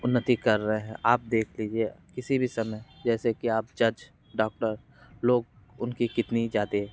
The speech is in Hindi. उन्नति कर रहे हैं आप देख लीजिए किसी भी समय जैसे कि आप जज डाॅक्टर लोग उनकी कितनी ज़्यादा